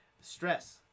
stress